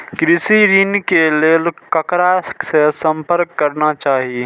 कृषि ऋण के लेल ककरा से संपर्क करना चाही?